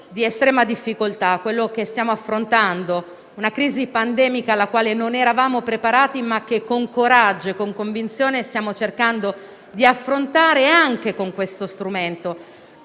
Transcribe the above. di estrema difficoltà, una crisi pandemica alla quale non eravamo preparati, ma che con coraggio e con convinzione stiamo cercando di affrontare anche con questo strumento,